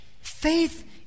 Faith